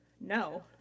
No